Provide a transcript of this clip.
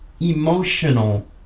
emotional